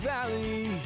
Valley